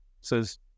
says